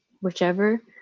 whichever